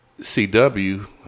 CW